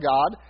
God